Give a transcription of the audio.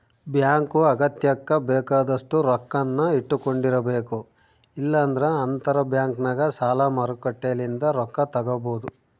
bank ಅಗತ್ಯಕ್ಕ ಬೇಕಾದಷ್ಟು ರೊಕ್ಕನ್ನ ಇಟ್ಟಕೊಂಡಿರಬೇಕು, ಇಲ್ಲಂದ್ರ ಅಂತರಬ್ಯಾಂಕ್ನಗ ಸಾಲ ಮಾರುಕಟ್ಟೆಲಿಂದ ರೊಕ್ಕ ತಗಬೊದು